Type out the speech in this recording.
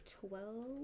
twelve